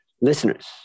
Listeners